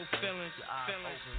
feelings